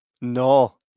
No